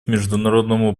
международному